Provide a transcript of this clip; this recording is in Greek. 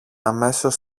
αμέσως